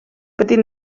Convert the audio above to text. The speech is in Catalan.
petit